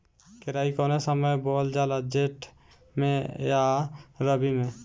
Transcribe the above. केराई कौने समय बोअल जाला जेठ मैं आ रबी में?